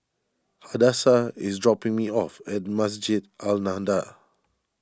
Hadassah is dropping me off at Masjid An Nahdhah